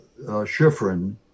Schifrin